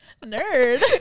nerd